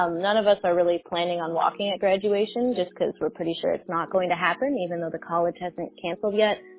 none of us are really planning on walking at graduation just because we're pretty sure it's not going to happen. even though the college hasn't canceled yet.